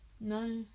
No